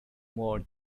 more